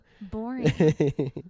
boring